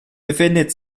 befindet